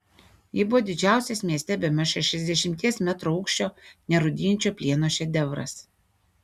ji buvo didžiausias mieste bemaž šešiasdešimties metrų aukščio nerūdijančio plieno šedevras